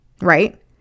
right